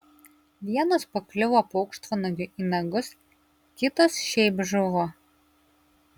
vienos pakliuvo paukštvanagiui į nagus kitos šiaip žuvo